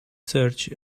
search